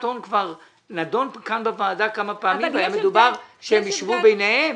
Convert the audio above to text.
הון כבר נדון כאן בוועדה כמה פעמים והמדובר שהם יישבו ביניהם.